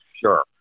Sure